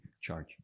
charge